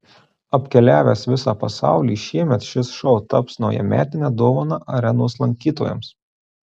apkeliavęs visą pasaulį šiemet šis šou taps naujametine dovana arenos lankytojams